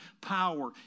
power